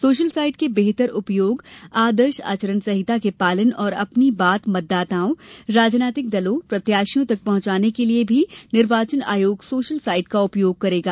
social site के बेहतर उपयोग आदर्श आचरण संहिता के पालन और अपनी बात मतदाताओं राजनैतिक दलों प्रत्याशियों तक पहंचाने के लिये भी निर्वाचन आयोग सोशल साइट का उपयोग करेगा